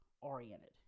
oriented